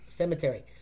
cemetery